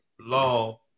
law